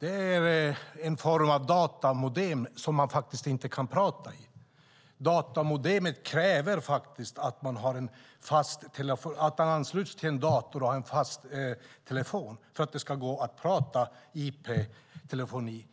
är en form av datamodem som man faktiskt inte kan prata i. IP-telefoni kräver att ett datamodem ansluts till en dator och en fast telefon, men det är inte mobiltelefoni.